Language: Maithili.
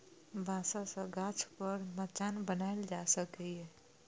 बांस सं गाछ पर मचान बनाएल जा सकैए